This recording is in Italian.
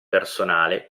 personale